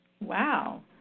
Wow